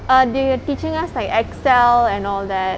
err they were teaching us like excel and all that